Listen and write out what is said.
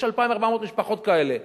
יש 2,400 משפחות כאלה.